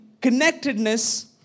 connectedness